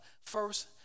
first